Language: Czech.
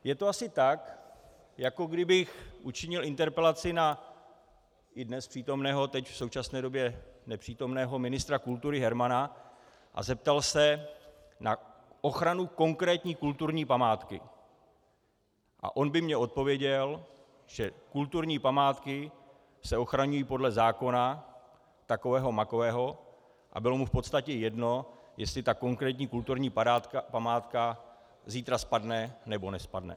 Je to asi tak, jako kdybych učinil interpelaci na i dnes přítomného teď, v současné době, nepřítomného ministra kultury Hermana a zeptal se na ochranu konkrétní kulturní památky a on by mně odpověděl, že kulturní památky se ochraňují podle zákona, takového makového, a bylo mu v podstatě jedno, jestli ta konkrétní kulturní památka zítra spadne, nebo nespadne.